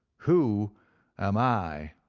who am i